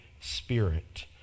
Spirit